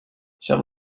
shall